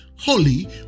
holy